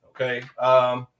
Okay